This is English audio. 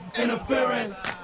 interference